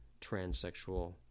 transsexual